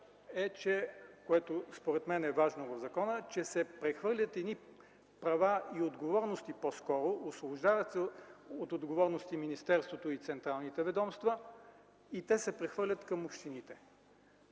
което според мен е важно в закона – че се прехвърлят права, по-скоро отговорности, освобождават се от отговорности министерството и централните ведомства и те се прехвърлят към общините.